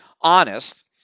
honest